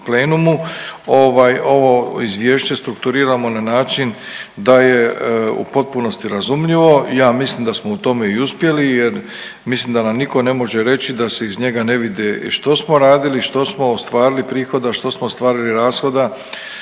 plenumu ovaj ovo izvješće strukturiramo na način da je u potpunosti razumljivo. Ja mislim da smo u tome i uspjeli jer mislim da nam nitko ne može reći da se iz njega vidi što smo radili, što smo ostvarili prihoda, što smo ostvarili rashoda.